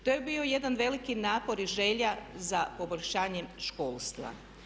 To je bio jedan veliki napor i želja za poboljšanjem školstva.